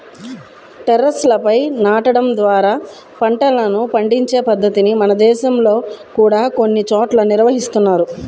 టెర్రస్లపై నాటడం ద్వారా పంటలను పండించే పద్ధతిని మన దేశంలో కూడా కొన్ని చోట్ల నిర్వహిస్తున్నారు